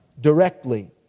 directly